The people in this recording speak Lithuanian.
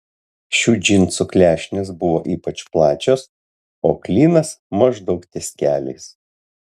šių džinsų klešnės buvo ypač plačios o klynas maždaug ties keliais